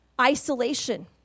isolation